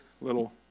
little